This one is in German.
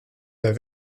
der